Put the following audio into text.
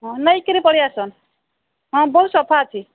ହଁ ନେଇ କିରି ପଳାଇଆସ ହଁ ବହୁତ ସଫା ଅଛି